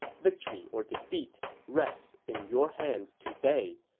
victory or defeat rests in your hands today.